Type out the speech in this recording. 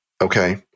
okay